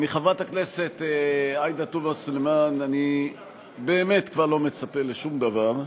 מחברת הכנסת עאידה תומא סלימאן אני באמת כבר לא מצפה לשום דבר.